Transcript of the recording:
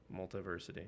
Multiversity